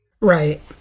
Right